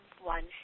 one